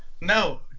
no